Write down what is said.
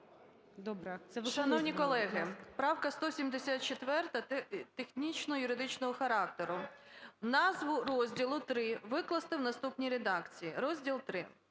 Добре…